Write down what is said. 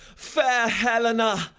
fair helena!